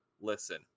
listen